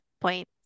point